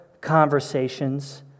conversations